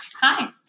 Hi